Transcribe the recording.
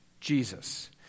Jesus